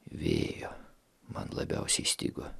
vėjo man labiausiai stigo